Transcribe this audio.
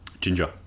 Ginger